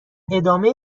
ادامه